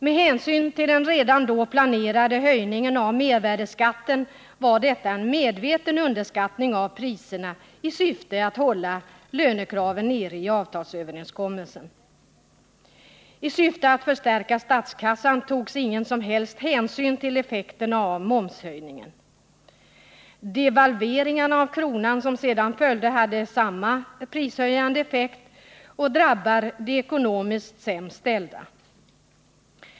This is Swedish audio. Med hänsyn till den då redan planerade höjningen av mervärdeskatten var detta en medveten undervärdering av prisutvecklingen, i syfte att hålla lönekraven nere i avtalsöverenskommelsen. Eftersom syftet var att förstärka statskassan, togs ingen som helst hänsyn till effekterna av momshöjningen. Devalveringarna av kronan som sedan följde har samma prishöjande effekt och drabbar de ekonomiskt sämst ställda.